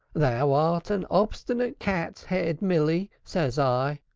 thou art an obstinate cat's head. milly says i.